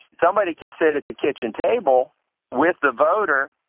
somebody can sit at the kitchen table with the voter,